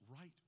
right